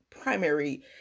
primary